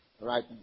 Right